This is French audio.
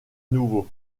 nouveau